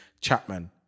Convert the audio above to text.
Chapman